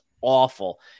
awful